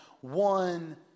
one